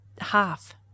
half